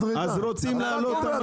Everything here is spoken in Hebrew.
מה אתה רוצה?